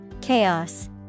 Chaos